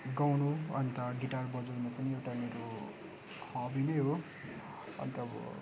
गाउनु अन्त गिटार बजाउनु पनि एउटा मेरो हबी नै हो अन्त अब